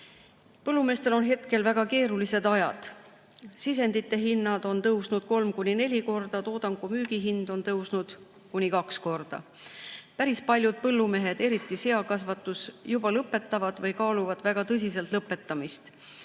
Põllumeestel on väga keerulised ajad. Sisendite hind on tõusnud kolm kuni neli korda, toodangu müügihind on tõusnud kuni kaks korda. Päris paljud põllumehed, eriti seakasvatuses, juba lõpetavad [tootmist] või kaaluvad väga tõsiselt lõpetamist.